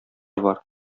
бар